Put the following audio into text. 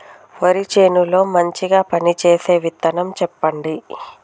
వరి చేను లో మంచిగా పనిచేసే విత్తనం చెప్పండి?